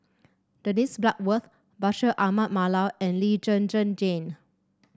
Dennis Bloodworth Bashir Ahmad Mallal and Lee Zhen Zhen Jane